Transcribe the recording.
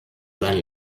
sein